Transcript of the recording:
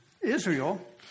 Israel